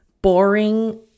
boring